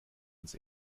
uns